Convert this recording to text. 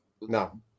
No